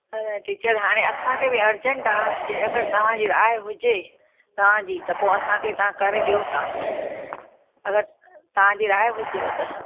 अरे टीचर हाणे असांखे बि अर्जेंट आहे जे अगरि तव्हां जी राय हुजे तव्हां जी त पोइ असांखे तव्हां करे ॾियो था अगरि तव्हांजी राय हुजेव त